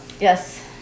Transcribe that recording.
Yes